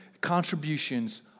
contributions